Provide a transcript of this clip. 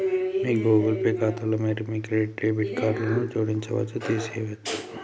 మీ Google Pay ఖాతాలో మీరు మీ క్రెడిట్, డెబిట్ కార్డులను జోడించవచ్చు, తీసివేయచ్చు